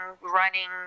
running